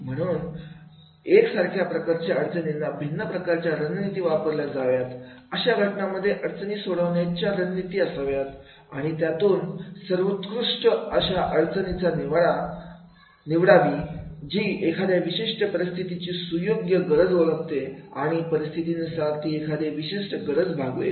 त्यामुळे एक सारख्या प्रकारांच्या अडचणींना भिन्न प्रकारच्या रणनीती वापरल्या जाव्यात अशा घटनांमध्ये अडचणी सोडवण्याचा रणनीती असाव्यात आणि आणि त्यातून सर्वात उत्कृष्ट अशी रणनीती निवडावी जी एखाद्या विशिष्ट परिस्थितीची सुयोग्य गरज ओळखते आणि परिस्थितीनुसार ते एखादी विशिष्ट गरज भागवतील